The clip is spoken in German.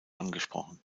angesprochen